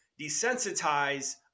desensitize